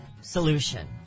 solution